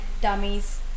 dummies